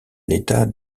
l’état